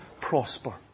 prosper